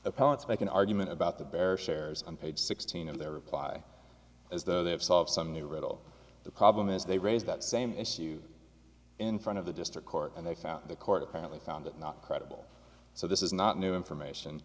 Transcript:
opponents make an argument about the bare shares on page sixteen of their reply as though they have solved some new riddle the problem is they raised that same issue in front of the district court and they found the court apparently found it not credible so this is not new information